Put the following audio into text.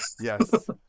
Yes